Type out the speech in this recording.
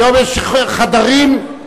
יש חדרים.